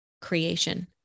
Creation